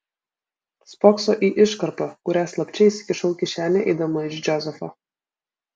spokso į iškarpą kurią slapčia įsikišau į kišenę eidama iš džozefo